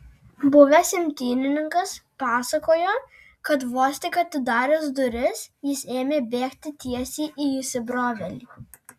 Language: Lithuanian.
buvęs imtynininkas pasakojo kad vos tik atidaręs duris jis ėmė bėgti tiesiai į įsibrovėlį